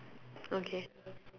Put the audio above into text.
okay